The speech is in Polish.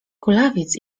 kulawiec